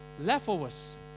leftovers